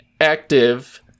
active